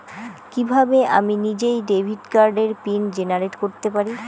কিভাবে আমি নিজেই ডেবিট কার্ডের পিন জেনারেট করতে পারি?